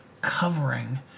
covering